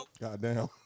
Goddamn